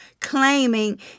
claiming